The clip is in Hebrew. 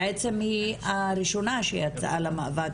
בעצם היא הראשונה שיצאה למאבק